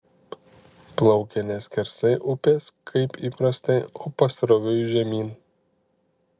plaukia ne skersai upės kaip įprastai o pasroviui žemyn